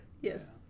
Yes